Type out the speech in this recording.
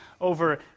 over